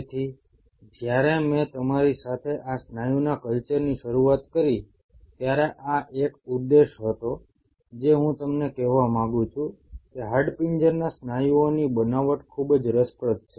તેથી જ્યારે મેં તમારી સાથે આ સ્નાયુના કલ્ચરની શરૂઆત કરી ત્યારે આ એક ઉદ્દેશ હતો જે હું તમને કહેવા માંગુ છું કે હાડપિંજરના સ્નાયુઓની બનાવટ ખૂબ જ રસપ્રદ છે